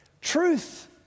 Truth